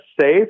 safe